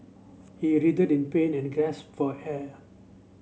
he writhed in pain and gasped for air